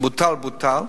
בוטל, בוטל.